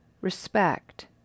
respect